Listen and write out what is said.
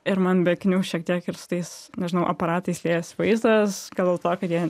ir man be akinių šiek tiek ir su tais nežinau aparatais liejasi vaizdas gal dėl to kad jie